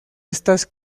estas